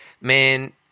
man